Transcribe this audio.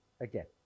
again